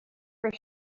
for